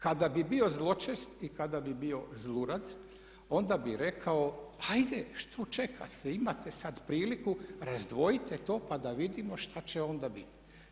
Kada bih bio zločest i kada bih bio zlurad onda bih rekao ajde što čekate, imate sad priliku, razdvojite to pa da vidimo što će onda biti.